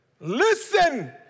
Listen